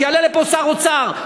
שיעלה לפה שר האוצר,